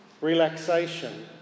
relaxation